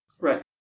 Right